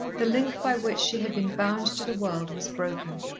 the link by which she had been bound to the world was broken.